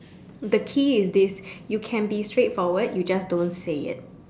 the key is this you can be straight forward you just don't say it